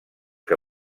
que